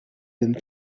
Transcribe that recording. them